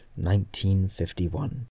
1951